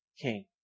King